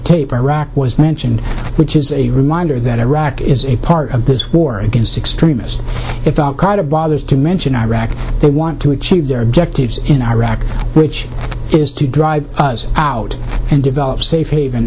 tape iraq was mentioned which is a reminder that iraq is a part of this war against extremists if al qaida bothers to mention iraq they want to achieve their objectives in iraq which is to drive out and develop safe haven